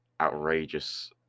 outrageous